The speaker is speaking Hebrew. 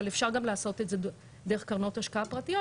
אבל אפשר גם לעשות את זה דרך קרנות השקעה פרטיות,